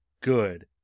good